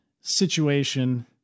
situation